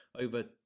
over